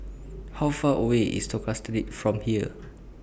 How Far away IS Tosca Street from here